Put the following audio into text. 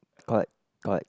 correct correct